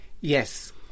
yes